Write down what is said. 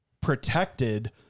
protected